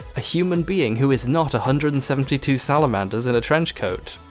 a human being who is not a hundred and seventy two salamanders in a trench coat,